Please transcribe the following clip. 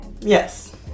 Yes